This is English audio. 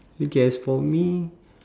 okay as for me